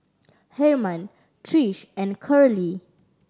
Hermann Trish and Curley